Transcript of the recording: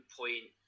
point